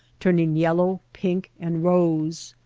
turning yellow, pink, and rose.